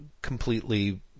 completely